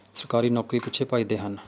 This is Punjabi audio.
ਸਰਕਾਰੀ ਨੌਕਰੀ ਪਿੱਛੇ ਭੱਜਦੇ ਹਨ